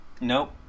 Nope